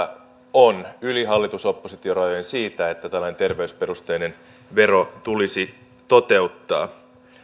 on yli hallitus oppositio rajojen siitä että tällainen terveysperusteinen vero tulisi toteuttaa